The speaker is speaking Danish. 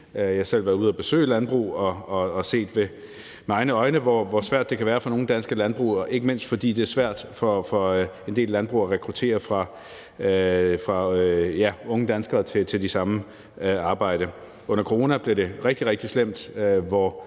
Jeg har selv været ude at besøge landbrug og har set med egne øjne, hvor svært det kan være for nogle danske landbrug, ikke mindst fordi det er svært for en del landbrug at rekruttere unge danskere til det samme arbejde. Under corona blev det rigtig, rigtig slemt. Vi